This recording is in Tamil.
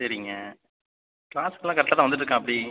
சரிங்க க்ளாஸ்க்கு எல்லாம் கரெக்டாக தான் வந்துட்ருக்காப்பிடி